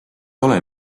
ole